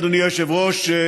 אדוני היושב-ראש,